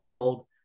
old